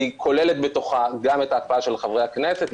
היא כוללת בתוכה גם את ההקפאה של שכר חברי הכנסת,